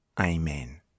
Amen